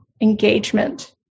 engagement